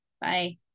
Bye